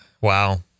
Wow